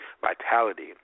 vitality